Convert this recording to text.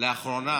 לאחרונה